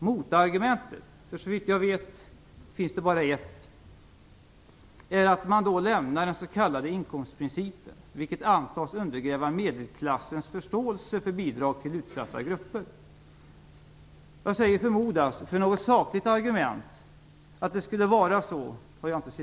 Motargumentet, för det finns såvitt jag vet bara ett, är att man då lämnar den s.k. inkomstprincipen, vilket antas undergräva medelklassens förståelse för bidrag till utsatta grupper. Jag säger förmodas, eftersom jag inte har sett till något sakligt argument att det skulle vara så.